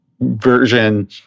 version